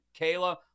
Kayla